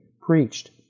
preached